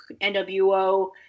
NWO